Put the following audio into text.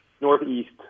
northeast